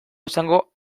esango